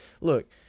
Look